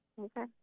Okay